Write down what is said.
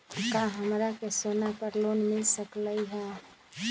का हमरा के सोना पर लोन मिल सकलई ह?